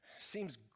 seems